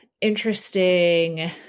interesting